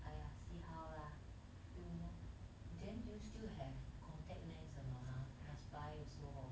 !aiya! see how lah few more then do you still have contact lens or not !huh! must buy also hor